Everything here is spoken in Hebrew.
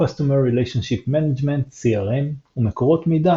(Customer Relationship Management (CRM ומקורות מידע,